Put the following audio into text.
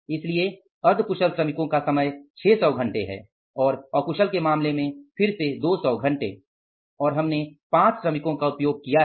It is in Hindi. इसलिए अर्ध कुशल श्रमिकों का समय 600 घंटे है और अकुशल के मामले में फिर से 200 घंटे और हमने 5 श्रमिकों का उपयोग किया है